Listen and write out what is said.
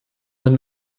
den